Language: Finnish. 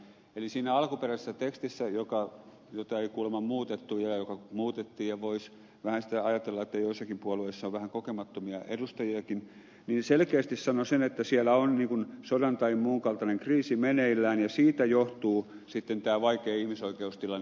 eli se alkuperäinen teksti jota ei kuulemma muutettu ja joka muutettiin voisi vähän ajatella että joissakin puolueissa on vähän kokemattomia edustajiakin selkeästi sanoi sen että on sodan tai muun kaltainen kriisi meneillään ja siitä johtuu vaikea ihmisoikeustilanne